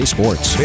Sports